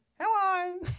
Hello